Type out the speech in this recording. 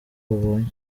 babonye